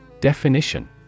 Definition